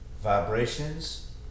Vibrations